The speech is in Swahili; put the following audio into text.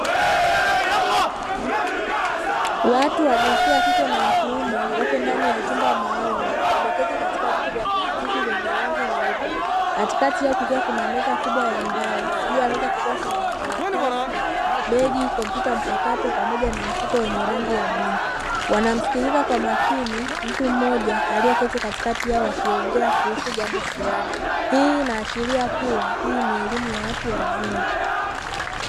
Watu wa jinsia ya kike na ya kiume wapo ndani ya chumba maalumu, wameketi katika viti vya plastiki vyenye rangi nyeupe. Katikati yao kukiwa kuna meza kubwa ya mbao, juu ya meza kukiwa kuna: makaratasi, begi, kompyuta mpakato, pamoja na mfuko wenye rangi ya bluu. Wanamsikiliza kwa makini mtu mmoja aliyeketi katikati yao, wakiongea kuhusu jambo flani. Hii inaashiria kuwa hii ni elimu ya watu wazima.